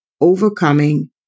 overcoming